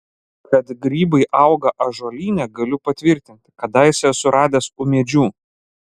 kad grybai auga ąžuolyne galiu patvirtinti kadaise esu radęs ūmėdžių